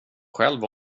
själv